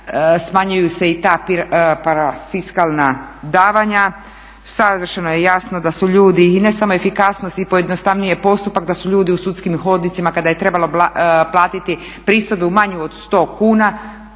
smanjuju se i ta parafiskalna davanja. Savršeno je jasno da su ljudi, i ne samo efikasnost i pojednostavljuje postupak, da su ljudi u sudskim hodnicima kada je trebalo platiti pristojbu manju od 100 kuna